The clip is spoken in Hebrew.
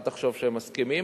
אל תחשוב שהם מסכימים.